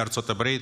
בארצות הברית,